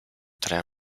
drei